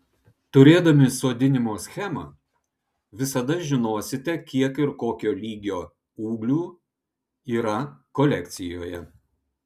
turėdami sodinimo schemą visada žinosite kiek ir kokio lygio ūglių yra kolekcijoje